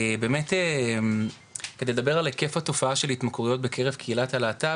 באמת כדי לדבר על היקף התופעה של ההתמכרויות בקרב קהילת הלהט"ב,